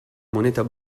moneta